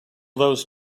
those